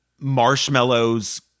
marshmallows